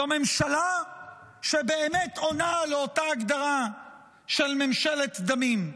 זו ממשלה שבאמת עונה לאותה הגדרה של ממשלת דמים.